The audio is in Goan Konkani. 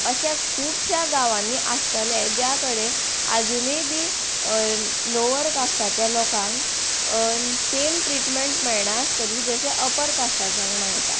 अशा खुबश्या गांवांनी आसतलें ज्या कडेन आजुनूय बी लोवर कास्टाचे लोकांक सेम ट्रिटमेंट मेयणासतली जशे अपर कास्टाच्यांक मेळटा